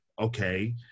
okay